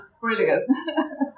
brilliant